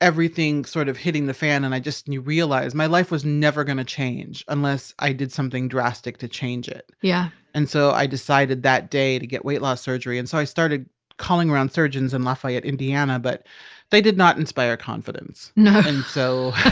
everything sort of hitting the fan and i just knew, realized my life was never going to change unless i did something drastic to change it yeah and so i decided that day to get weight loss surgery. and so i started calling around surgeons in lafayette, indiana. but they did not inspire confidence no and so